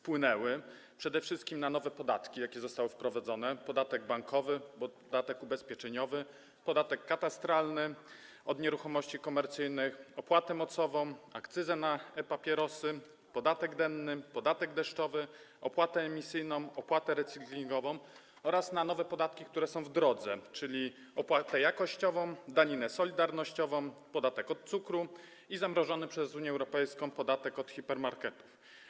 Przede wszystkim za nowe podatki, jakie zostały wprowadzone: podatek bankowy, podatek ubezpieczeniowy, podatek katastralny, od nieruchomości komercyjnych, opłatę mocową, akcyzę na e-papierosy, podatek denny, podatek deszczowy, opłatę emisyjną, opłatę recyklingową, oraz za nowe podatki, które są w drodze, czyli: opłatę jakościową, daninę solidarnościową, podatek od cukru i zamrożony przez Unię Europejską podatek od hipermarketów.